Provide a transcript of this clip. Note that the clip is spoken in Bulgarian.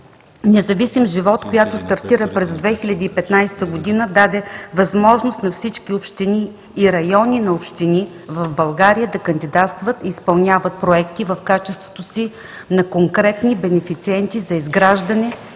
„Независим живот“, която стартира през 2015 г., даде възможност на всички общини и райони на общини в България да кандидатстват и да изпълняват проекти в качеството си на конкретни бенефициенти: за изграждане